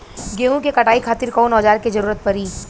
गेहूं के कटाई खातिर कौन औजार के जरूरत परी?